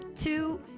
two